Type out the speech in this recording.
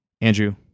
Andrew